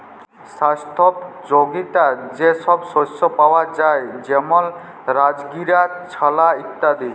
স্বাস্থ্যপ যগীতা যে সব শস্য পাওয়া যায় যেমল রাজগীরা, ছলা ইত্যাদি